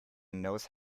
knows